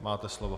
Máte slovo.